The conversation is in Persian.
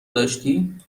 داشتی